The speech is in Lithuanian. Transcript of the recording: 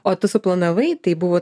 o tu suplanavai tai buvo